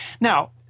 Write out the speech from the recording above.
Now